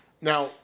now